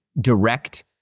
direct